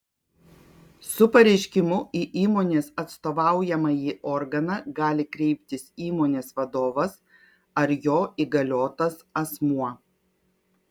su pareiškimu į įmonės atstovaujamąjį organą gali kreiptis įmonės vadovas ar jo įgaliotas asmuo